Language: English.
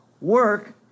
work